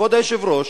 כבוד היושב-ראש,